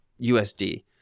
USD